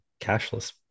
cashless